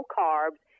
carbs